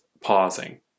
pausing